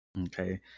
okay